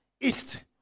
east